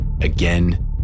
again